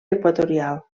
equatorial